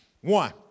One